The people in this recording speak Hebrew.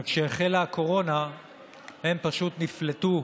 אבל כשהחלה הקורונה הם פשוט נפלטו,